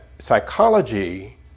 psychology